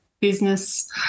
business